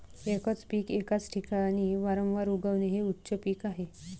एकच पीक एकाच ठिकाणी वारंवार उगवणे हे उच्च पीक आहे